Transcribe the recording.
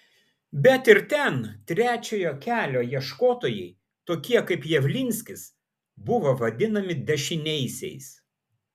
bet ir ten trečiojo kelio ieškotojai tokie kaip javlinskis buvo vadinami dešiniaisiais